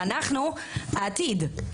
ואנחנו העתיד,